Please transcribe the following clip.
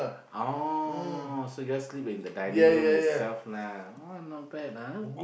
oh so you just sleep in the dining room itself lah oh not bad ah